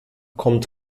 kommt